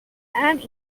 and